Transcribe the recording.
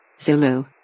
Zulu